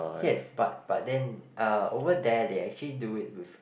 yes but but then uh over there they actually do it with